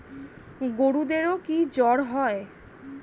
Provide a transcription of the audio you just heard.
গরুদেরও কি জ্বর হয়?